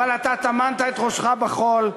אבל אתה טמנת את ראשך בחול,